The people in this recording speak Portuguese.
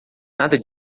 nada